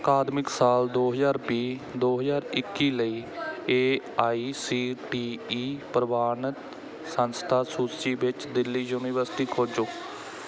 ਅਕਾਦਮਿਕ ਸਾਲ ਦੋ ਹਜ਼ਾਰ ਵੀਹ ਦੋ ਹਜ਼ਾਰ ਇੱਕੀ ਲਈ A I C T E ਪ੍ਰਵਾਨਿਤ ਸੰਸਥਾ ਸੂਚੀ ਵਿੱਚ ਦਿੱਲੀ ਯੂਨੀਵਰਸਿਟੀ ਖੋਜੋ